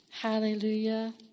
Hallelujah